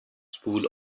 spool